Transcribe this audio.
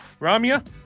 Ramya